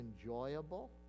enjoyable